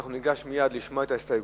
אנחנו ניגש מייד לשמוע את ההסתייגויות.